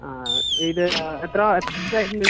ആ ഇത് എത്ര വരുന്നത്